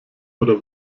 oder